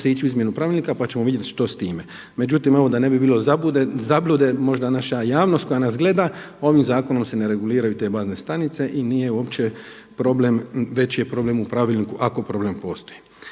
ići u izmjenu pravilnika, pa ćemo vidjeti što s time. Međutim, evo da ne bi bilo zablude, možda naša javnost koja nas gleda ovim zakonom se ne reguliraju te bazne stanice i nije uopće problem veći je problem u pravilniku ako problem postoji.